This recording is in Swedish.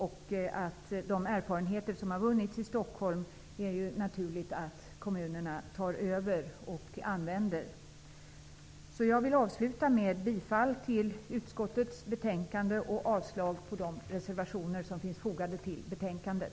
Det är ju naturligt att kommunerna tar över och använder de erfarenheter som har vunnits i Låt mig avsluta med att yrka bifall till hemställan i utskottets betänkande och avslag på de reservationer som finns fogade till betänkandet.